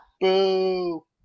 Boo